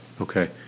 Okay